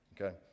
okay